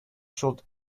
should